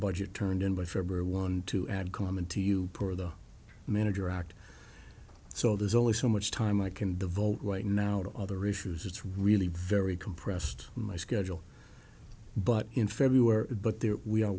budget turned in by february one to add comment to you for the manager act so there's only so much time i can devote right now to other issues it's really very compressed my schedule but in february but there we are